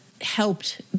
helped